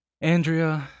Andrea